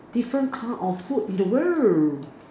different kind of food in the world